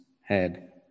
head